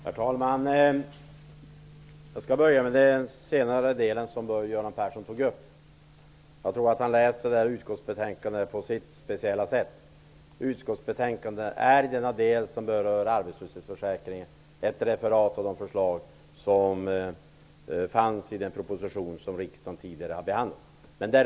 Herr talman! Jag börjar med den senare delen av Göran Perssons replik. Jag tror att Göran Persson läser detta utskottsbetänkande på sitt speciella sätt. Betänkandet är i den del som berör arbetslöshetsförsäkringen ett referat av de förslag som fanns med i den proposition som riksdagen tidigare har behandlat.